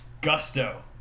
gusto